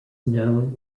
known